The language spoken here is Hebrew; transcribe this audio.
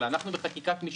אנחנו בחקיקת משנה.